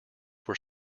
were